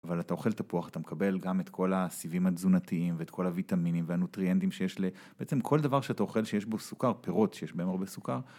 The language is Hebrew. אבל אתה אוכל תפוח, אתה מקבל גם את כל הסיבים התזנותיים ואת כל הוויטמינים והנוטריאנדים שיש ל... בעצם כל דבר שאתה אוכל שיש בו סוכר, פירות שיש בהם הרבה סוכר...